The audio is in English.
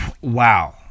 wow